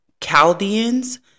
chaldeans